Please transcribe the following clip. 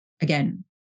Again